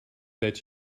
that